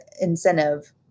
incentive